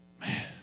man